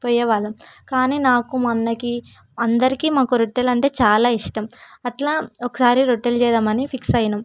పోయేవాళ్ళము కానీ నాకు మా అన్నకి అందరికీ మాకు రొట్టెలంటే చాలా ఇష్టం అట్లా ఒకసారి రొట్టెలు చేద్దామని ఫిక్స్ అయ్యాము